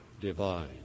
divine